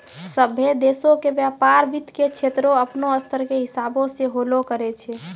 सभ्भे देशो के व्यपार वित्त के क्षेत्रो अपनो स्तर के हिसाबो से होलो करै छै